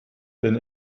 denn